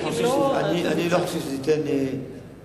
אני לא חושב שזה ייתן מענה.